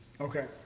Okay